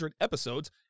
episodes